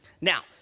Now